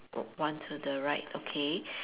one to the right okay